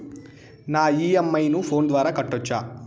నా ఇ.ఎం.ఐ ను ఫోను ద్వారా కట్టొచ్చా?